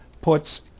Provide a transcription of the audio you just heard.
puts